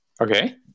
Okay